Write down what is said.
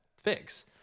fix